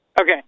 Okay